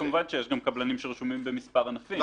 כמובן שיש קבלנים שרשומים במספר ענפים.